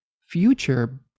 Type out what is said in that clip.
future